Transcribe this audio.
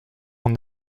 mon